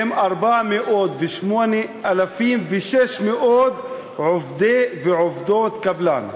הם 408,600 עובדי ועובדות קבלן.